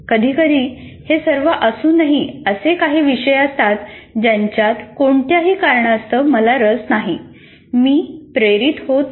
कधीकधी हे सर्व असूनही असे काही विषय असतात ज्यांच्यात कोणत्याही कारणास्तव मला रस नाही मी प्रेरित होत नाही